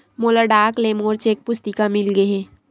मोला डाक ले मोर चेक पुस्तिका मिल गे हे